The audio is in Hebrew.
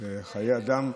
וחיי אדם,